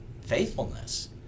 faithfulness